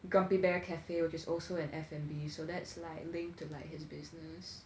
grumpy bear cafe which is also in F&B so that's like linked to like his business